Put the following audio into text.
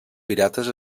pirates